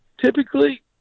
typically